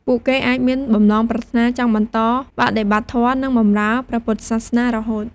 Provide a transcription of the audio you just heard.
ពួកគេអាចមានបំណងប្រាថ្នាចង់បន្តបដិបត្តិធម៌ និងបម្រើព្រះពុទ្ធសាសនារហូត។